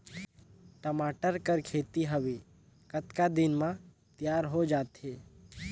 टमाटर कर खेती हवे कतका दिन म तियार हो जाथे?